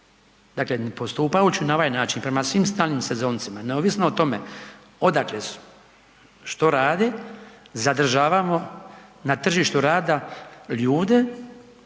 Dakle, postupajući na ovaj način prema svim stalnim sezoncima, neovisno tome odakle su, što rade, zadržavamo na tržištu rada ljude,